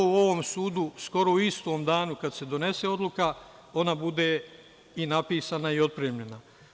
U ovom sudu skoro u istom danu, kada se donese odluka, ona bude i napisana i otpremljena.